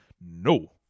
No